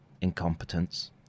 incompetence